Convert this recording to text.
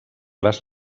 les